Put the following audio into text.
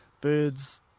birds